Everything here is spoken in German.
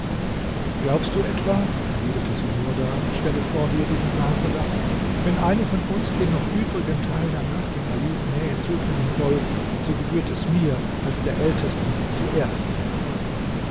glaubst du etwa erwiderte sumurda ich werde vor dir diesen saal verlassen wenn eine von uns den noch übrigen teil der nacht in alis nähe zubringen soll so gebührt es mir als der ältesten zuerst